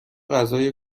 غذای